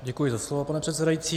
Děkuji za slovo, pane předsedající.